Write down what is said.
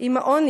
עם העוני?